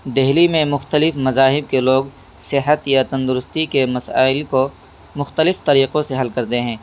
دہلی میں مختلف مذاہب کے لوگ صحت یا تندرستی کے مسائل کو مختلف طریقوں سے حل کرتے ہیں